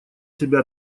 себя